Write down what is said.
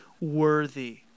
worthy